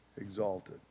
exalted